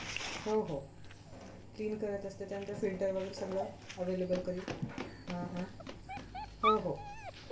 हो हो क्लीन करत असते त्यानंतर फिल्टर वगैरे सगळं अवेलेबल करील हां हां हो हो